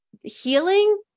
healing